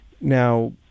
Now